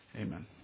Amen